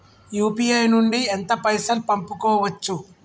UPI నుండి ఎంత పైసల్ పంపుకోవచ్చు?